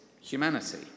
humanity